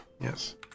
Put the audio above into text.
Yes